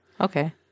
Okay